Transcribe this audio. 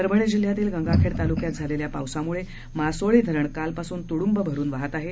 परभणी जिल्ह्यातील गंगाखेड तालुक्यात झालेल्या पावसामुळे मासोळी धरण कालपासून तुडूंब भरुन वाहत आहे